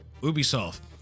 ubisoft